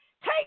take